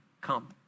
come